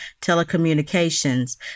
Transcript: telecommunications